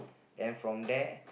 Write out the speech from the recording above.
then from there